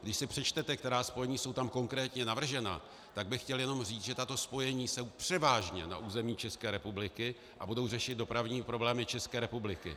Když si přečtete, která spojení jsou tam konkrétně navržena, tak bych chtěl jenom říct, že tato spojení jsou převážně na území České republiky a budou řešit dopravní problémy České republiky.